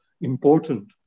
important